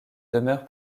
demeure